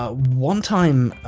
ah one time,